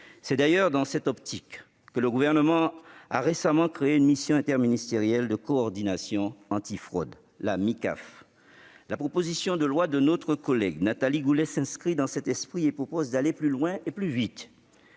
C'est d'ailleurs dans cette optique que le Gouvernement a récemment créé une mission interministérielle de coordination anti-fraude, la Micaf. La proposition de loi de Nathalie Goulet s'inscrit dans cet esprit et tend à aller plus loin et plus vite.